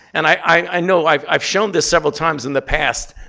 and i know i've i've shown this several times in the past.